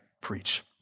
preach